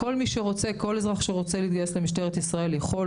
כי אזרח שרוצה להתגייס למשטרת ישראל יכול,